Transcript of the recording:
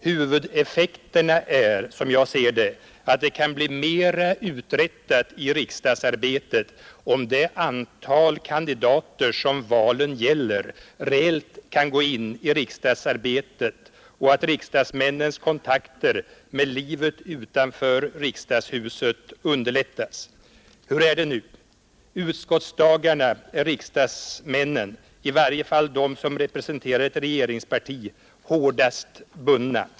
Huvudeffekterna är i stället som jag ser det att det kan bli mera uträttat i riksdagsarbetet, om det antal kandidater som valet gäller reellt kan gå in i riksdagsarbetet, och att riksdagsmännens kontakter med livet utanför riksdagshuset underlättas. Hur är det nu? Under utskottsdagarna är riksdagsmännen, i varje fall de som representerar ett regeringsparti, hårdast bundna.